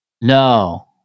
no